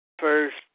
First